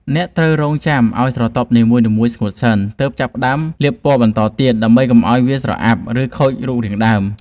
អ្នកត្រូវរង់ចាំឱ្យស្រទាប់នីមួយៗស្ងួតសិនទើបចាប់ផ្តើមលាបពណ៌បន្តទៀតដើម្បីកុំឱ្យវាស្រអាប់ ឬ ធ្វើឱ្យខូចរូបរាងដើម។